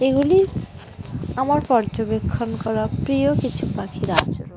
এগুলি আমার পর্যবেক্ষণ করা প্রিয় কিছু পাখির আচরণ